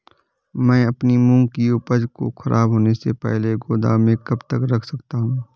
मैं अपनी मूंग की उपज को ख़राब होने से पहले गोदाम में कब तक रख सकता हूँ?